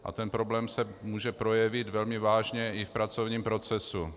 A ten problém se může projevit velmi vážně i v pracovním procesu.